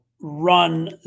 run